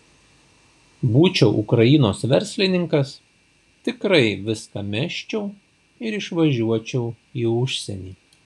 būčiau ukrainos verslininkas tikrai viską mesčiau ir išvažiuočiau į užsienį